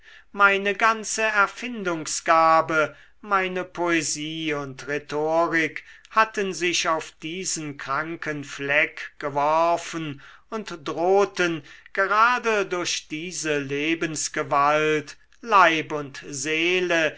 meine ganze erfindungsgabe meine poesie und rhetorik hatten sich auf diesen kranken fleck geworfen und drohten gerade durch diese lebensgewalt leib und seele